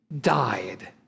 died